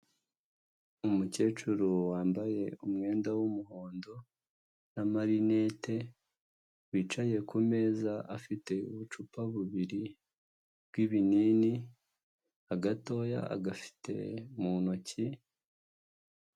Umukecuru wambaye umwenda w'umuhondo n'amarinete, wicaye ku meza afite ubucupa bubiri bw'ibinini, agatoya agafite mu ntoki.